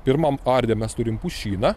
pirmam arde mes turim pušyną